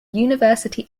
university